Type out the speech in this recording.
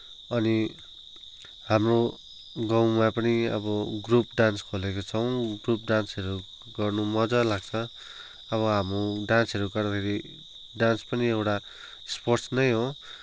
अनि हाम्रो गाउँमा पनि अब ग्रुप डान्स खोलेका छौँ ग्रुप डान्सहरू गर्न मजा लाग्छ अब हामी डान्सहरू गर्दाखेरि डान्स पनि एउटा स्पोर्टस नै हो